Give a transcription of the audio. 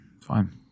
Fine